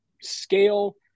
scale